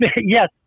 yes